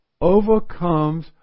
overcomes